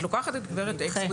את לוקחת את גברת אקס,